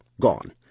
Gone